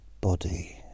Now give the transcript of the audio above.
body